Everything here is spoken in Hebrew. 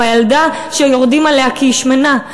או הילדה שיורדים עליה כי היא שמנה.